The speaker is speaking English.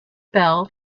bell